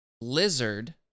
Lizard